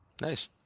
Nice